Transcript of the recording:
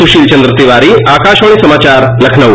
सुशील चंद्र तिवारी आकाशवाणी समाचार लखनऊ